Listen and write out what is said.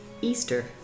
easter